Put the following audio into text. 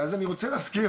אני רוצה להזכיר,